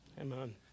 Amen